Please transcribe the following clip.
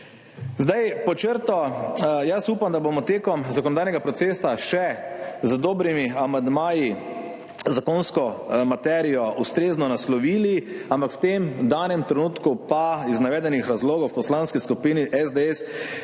Pod črto. Upam, da bomo tekom zakonodajnega procesa z dobrimi amandmaji zakonsko materijo še ustrezno naslovili, ampak v danem trenutku pa iz navedenih razlogov v Poslanski skupini SDS